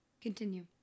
Continue